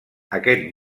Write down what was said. aquest